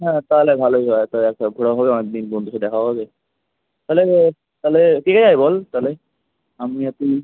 হ্যাঁ তাহলে ভালো ঘোরা টোরা সব ঘোরা হবে অনেকদিন বন্ধুর সথে দেখাও হবে তালে আমি তালে কে কে যাবে বল তালে আমি আর তুই